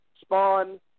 Spawn